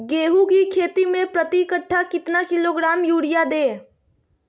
गेंहू की खेती में प्रति कट्ठा कितना किलोग्राम युरिया दे?